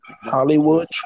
Hollywood